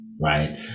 right